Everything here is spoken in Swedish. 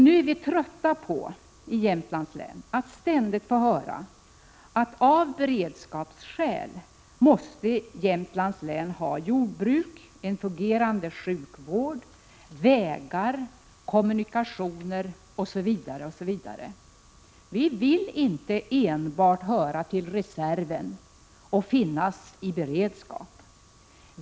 Vi är trötta på att ständigt få höra att vi av beredskapsskäl måste ha jordbruk, en fungerande sjukvård, vägar, kommunikationer osv. Vi vill inte enbart höra till reserven och finnas i beredskap.